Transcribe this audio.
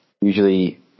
usually